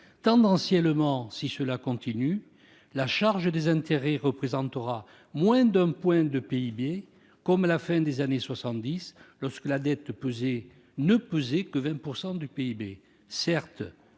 Tendanciellement, si cela continue, la charge des intérêts représentera moins de 1 point de PIB, comme à la fin des années 1970, lorsque la dette ne pesait que 20 % du PIB.